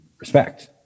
respect